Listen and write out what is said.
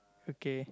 okay